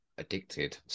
addicted